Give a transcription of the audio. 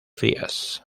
frías